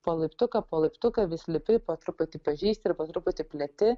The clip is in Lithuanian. po laiptuką po laiptuką vis lipi po truputį pažįsti ir po truputį pleti